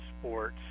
sports